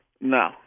No